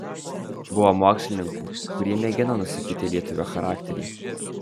buvo mokslininkų kurie mėgino nusakyti lietuvio charakterį